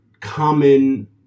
common